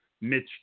Mitch